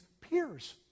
peers